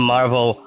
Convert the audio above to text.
Marvel